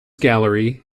gallery